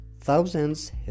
Thousands